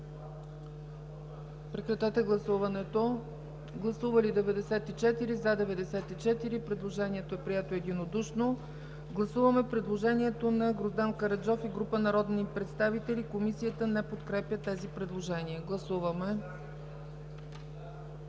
против и въздържали се няма. Предложението е прието единодушно. Гласуваме предложението на Гроздан Караджов и група народни представители. Комисията не подкрепя тези предложения. Гласуваме.